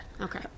Okay